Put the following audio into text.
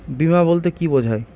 বিমা বলতে কি বোঝায়?